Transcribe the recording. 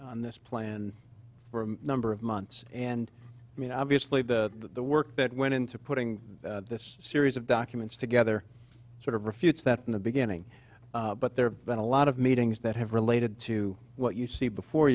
on this plan for a number of months and i mean obviously the work that went into putting this series of documents together sort of refutes that in the beginning but there have been a lot of meetings that have related to what you see before